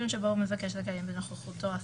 שבו הוא מבקש לקיים בנוכחותו הפיסית".